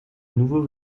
nouveau